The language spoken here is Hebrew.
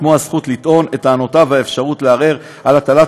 כמו הזכות לטעון את טענותיו והאפשרות לערער על הטלת